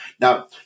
now